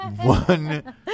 one